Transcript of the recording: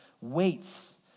waits